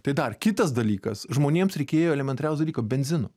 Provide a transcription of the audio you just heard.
tai dar kitas dalykas žmonėms reikėjo elementariausio dalyko benzino